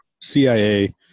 CIA